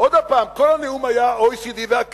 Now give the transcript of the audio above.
עוד פעם, כל הנאום היה OECD והקרן.